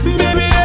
baby